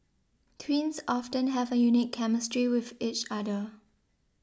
twins often have a unique chemistry with each other